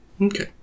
Okay